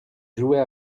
jouait